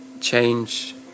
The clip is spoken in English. change